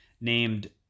named